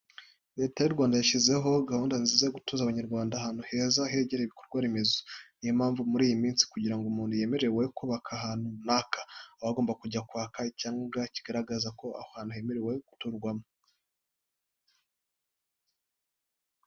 Leta y'u Rwanda yashyizeho gahunda nziza yo gutuza Abanyarwanda ahantu heza hegereye ibikorwa remezo. Ni yo mpamvu, muri iyi minsi kugira ngo umuntu yemererwe kubaka ahantu runaka, aba agomba kujya kwaka icyangomba kigaragaza ko aho hantu hemerewe guturwaho.